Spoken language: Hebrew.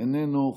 איננו,